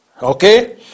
okay